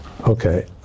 Okay